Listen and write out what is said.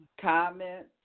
comments